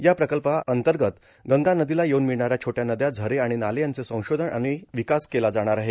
या प्रकल्पाअंतर्गत गंगा नदीला येऊन मिळणाऱ्या छोट्या नद्या झरे आणि नाले यांचे संशोधन आणि विकास केला जाणाऱ आहे